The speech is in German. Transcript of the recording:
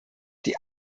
die